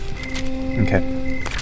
Okay